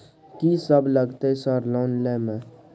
कि सब लगतै सर लोन लय में?